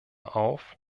auf